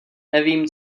nevím